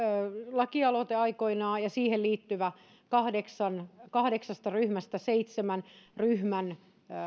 lakialoite ja siihen liittyvä kahdeksasta ryhmästä seitsemän ryhmän